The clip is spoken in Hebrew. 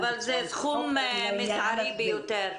אבל זה סכום מזערי ביותר.